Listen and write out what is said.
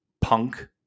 Punk